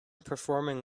performing